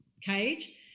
cage